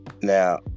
Now